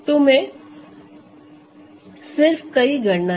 तो मैं सिर्फ कई गणनाए करूँगा